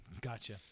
Gotcha